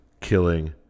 killing